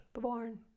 born